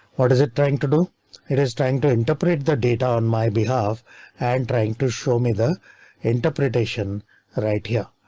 what is it? trying to do it is trying to interpret the data on my behalf and trying to show me the interpretation right here.